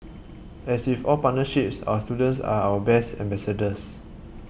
as with all partnerships our students are our best ambassadors